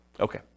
Okay